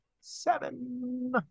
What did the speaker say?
seven